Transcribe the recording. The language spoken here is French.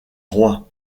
rois